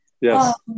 Yes